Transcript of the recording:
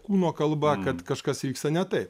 kūno kalba kad kažkas vyksta ne taip